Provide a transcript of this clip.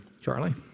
charlie